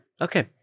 Okay